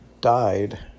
died